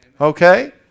Okay